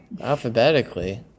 Alphabetically